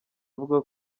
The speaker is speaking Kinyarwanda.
avuga